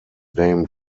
named